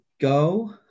go